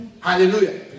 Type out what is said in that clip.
Hallelujah